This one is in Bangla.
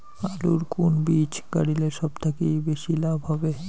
আলুর কুন বীজ গারিলে সব থাকি বেশি লাভ হবে?